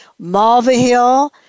Malvahill